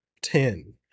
ten